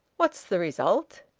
what's the result?